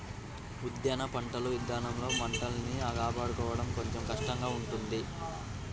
ఉద్యాన పంటల ఇదానంలో పంటల్ని కాపాడుకోడం కొంచెం కష్టంగా ఉంటది